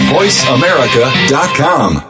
VoiceAmerica.com